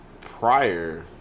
Prior